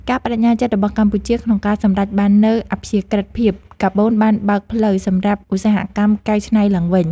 ការប្តេជ្ញាចិត្តរបស់កម្ពុជាក្នុងការសម្រេចបាននូវអព្យាក្រឹតភាពកាបូនបានបើកផ្លូវសម្រាប់ឧស្សាហកម្មកែច្នៃឡើងវិញ។